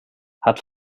hat